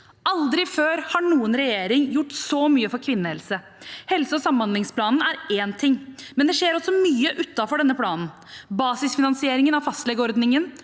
Aldri før har noen regjering gjort så mye for kvinnehelse. Helse- og samhandlingsplanen er én ting, men det skjer også mye utenfor denne planen. Basisfinansieringen av fastlegeordningen,